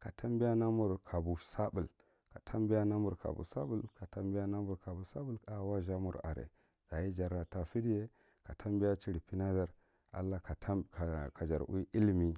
Ka tambiya na mir kabo sabul, ka tambiya n amur kobo sabul, ka tambiya na kabo sabul thaih wazih mu are dachi jara tasidiya ka tambiya chiripejadar allah kajir vwi illimi